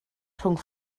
rhwng